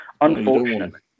unfortunately